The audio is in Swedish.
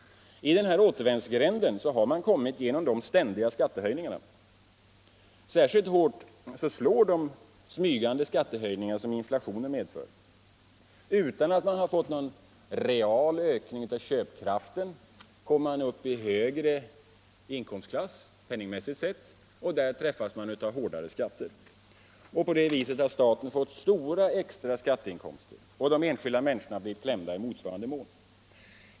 I den här återvändsgränden har man kommit genom de ständiga skattehöjningarna. Särskilt hårt slår de smygande skattehöjningar som inflationen medför. Utan att man har fått någon real ökning av köpkraften kommer man upp i högre inkomstklass penningmässigt sett, och där träffas man av hårdare skatter. På det viset har staten fått stora, extra skatteinkomster och de enskilda människorna blivit klämda i motsvarande mån.